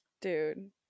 Dude